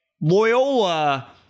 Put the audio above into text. Loyola